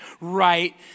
right